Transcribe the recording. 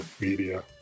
media